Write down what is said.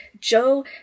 Joe